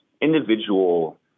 individual